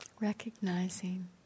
Recognizing